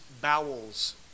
bowels